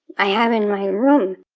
i have in my room,